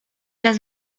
las